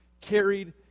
carried